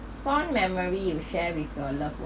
fond memory you shared with your love one